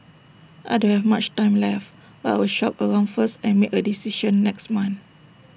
I don't have much time left but I'll shop around first and make A decision next month